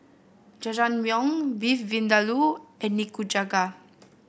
Jajangmyeon Beef Vindaloo and Nikujaga